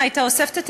ומשפט.